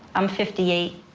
i'm fifty eight.